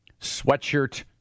sweatshirt